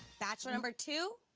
bachelor number two,